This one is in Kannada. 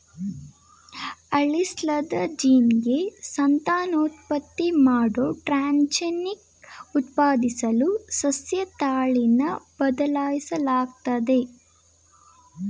ಅಳಿಸ್ಲಾದ ಜೀನ್ಗೆ ಸಂತಾನೋತ್ಪತ್ತಿ ಮಾಡೋ ಟ್ರಾನ್ಸ್ಜೆನಿಕ್ ಉತ್ಪಾದಿಸಲು ಸಸ್ಯತಳಿನ ಬಳಸಲಾಗ್ತದೆ